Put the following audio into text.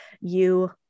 You-